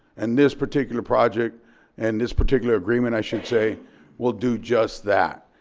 and this particular project and this particular agreement i should say will do just that,